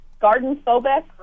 garden-phobic